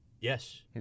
Yes